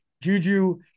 Juju